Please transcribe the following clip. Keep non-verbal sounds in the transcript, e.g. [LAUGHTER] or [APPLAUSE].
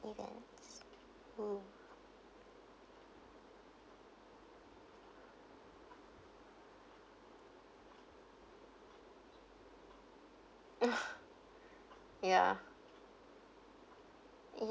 events mm [LAUGHS] ya